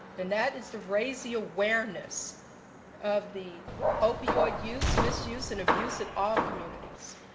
and that is to raise the awareness of the opioid use, misuse and abuse in all communities.